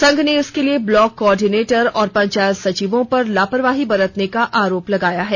संघ ने इसके लिए ब्लॉक को आर्डिनेटर और पंचायत सचिर्यो पर लापरवाही बरतने का आरोप लगाया है